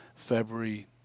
February